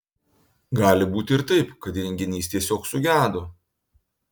gali būti ir taip kad įrenginys tiesiog sugedo